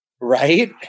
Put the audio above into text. right